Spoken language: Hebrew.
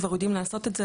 כבר יודעים לעשות את זה,